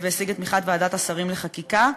והשיג את תמיכת ועדת השרים לחקיקה.